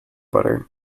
butter